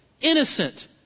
innocent